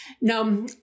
Now